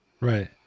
Right